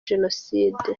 jenoside